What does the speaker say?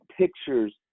pictures